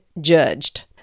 judged